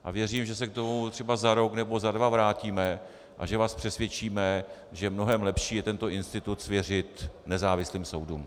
A věřím, že se k tomu za rok nebo za dva vrátíme a že vás přesvědčíme, že mnohem lepší je tento institut svěřit nezávislým soudům.